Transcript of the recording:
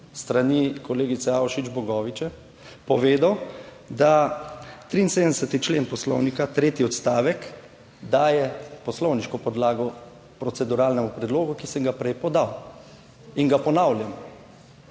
strani kolegice Avšič Bogovič, povedal, da 73. člen Poslovnika, tretji odstavek, daje poslovniško podlago proceduralnemu predlogu, ki sem ga prej podal. In ga ponavljam: